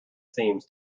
seems